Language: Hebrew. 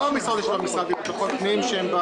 כמה משרות יש במשרד לביטחון פנים?